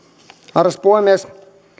arvoisa puhemies